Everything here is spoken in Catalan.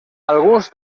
alguns